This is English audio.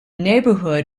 neighbourhood